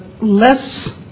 less